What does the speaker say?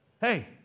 hey